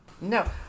No